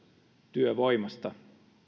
työvoimasta